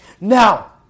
Now